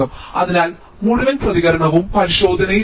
അതിനാൽ മുഴുവൻ പ്രതികരണവും പരിശോധനയിൽ എഴുതാം